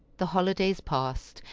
the holidays passed,